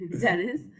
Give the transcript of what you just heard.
Dennis